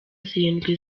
zirindwi